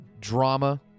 Drama